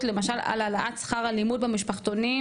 למשל על העלאת שכר הלימוד במשפחתונים,